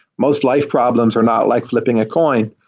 most life problems are not like flipping a coin,